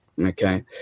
okay